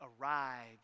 arrived